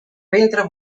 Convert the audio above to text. ventre